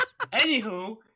Anywho